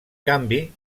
canvi